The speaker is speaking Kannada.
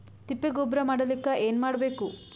ತಿಪ್ಪೆ ಗೊಬ್ಬರ ಮಾಡಲಿಕ ಏನ್ ಮಾಡಬೇಕು?